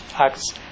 acts